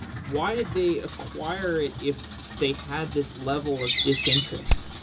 why did they acquire it if they had this level of disinterest?